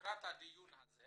לקראת הדיון הזה